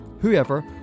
whoever